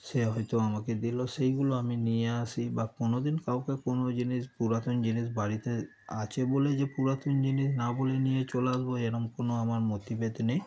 সে হয়তো আমাকে দিল সেগুলো আমি নিয়ে আসি বা কোনো দিন কাউকে কোনো জিনিস পুরাতন জিনিস বাড়িতে আছে বলে যে পুরাতন জিনিস না বলে নিয়ে চলে আসব এরম কোনো আমার মতি নেই